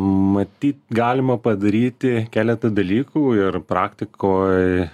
matyt galima padaryti keleta dalykų ir praktikoj